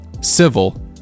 civil